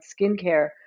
skincare